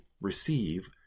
receive